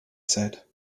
said